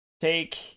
take